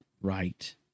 right